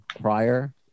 prior